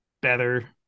better